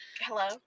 Hello